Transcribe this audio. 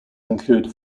include